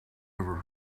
ever